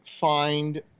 find